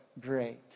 great